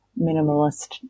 minimalist